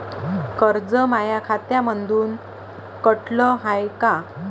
कर्ज माया खात्यामंधून कटलं हाय का?